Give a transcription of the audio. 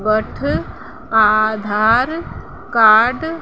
वठि आधार कार्ड